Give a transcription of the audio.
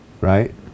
right